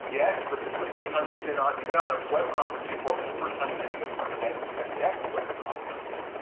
yes but this is the first time you've been on, you've been on a web conference before, but the first time attending a prevent connect web conference.